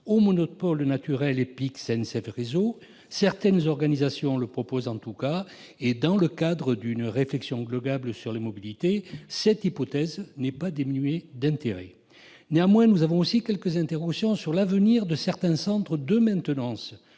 et commercial SNCF Réseau ? Certaines organisations le proposent, en tout cas, et, dans la perspective d'une réflexion globale sur les mobilités, cette hypothèse n'est pas dénuée d'intérêt. Nous avons aussi quelques interrogations sur l'avenir de certains centres de maintenance.